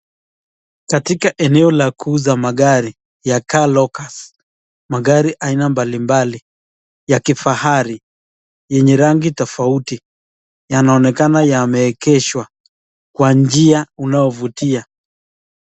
Katika eneo la kuuza magari ya Car Locus. Magari aina mbalimbali ya kifahari yenye rangi tofauti yanaonekana yameegeshwa kwa njia unaovutia.